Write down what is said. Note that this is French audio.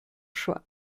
choix